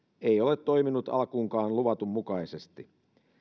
ei ole toiminut alkuunkaan luvatun mukaisesti